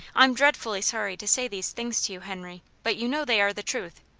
i'm dreadfully sorry to say these things to you, henry, but you know they are the truth.